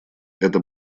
это